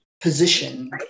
position